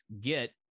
get